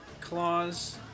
claws